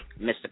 Mr